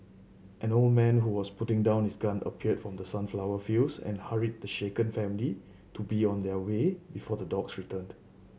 an old man who was putting down his gun appeared from the sunflower fields and hurried the shaken family to be on their way before the dogs returned